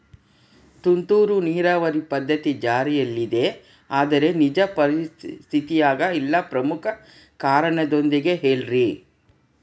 ತುಂತುರು ನೇರಾವರಿ ಪದ್ಧತಿ ಜಾರಿಯಲ್ಲಿದೆ ಆದರೆ ನಿಜ ಸ್ಥಿತಿಯಾಗ ಇಲ್ಲ ಪ್ರಮುಖ ಕಾರಣದೊಂದಿಗೆ ಹೇಳ್ರಿ?